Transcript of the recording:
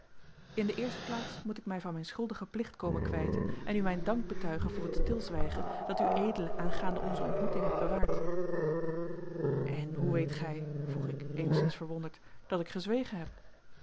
in de eerste plaats moet ik mij van mijn schuldigen plicht komen kwijten en u mijn dank betuigen voor het stilzwijgen dat ued aangaande onze ontmoeting hebt bewaard en hoe weet gij vroeg ik eenigszins verwonderd dat ik gezwegen heb